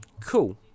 Cool